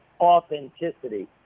authenticity